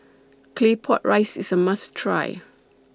Claypot Rice IS A must Try